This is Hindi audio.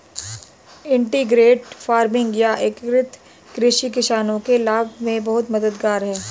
इंटीग्रेटेड फार्मिंग या एकीकृत कृषि किसानों के लाभ में बहुत मददगार है